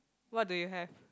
what do you have